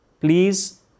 please